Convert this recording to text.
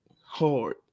hard